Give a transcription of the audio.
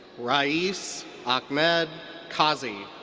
rais ahmed kazi.